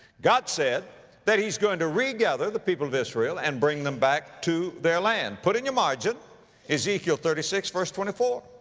god said that he's going to regather the people of israel and bring them back to their land. put in your margin ezekiel thirty six verse twenty four.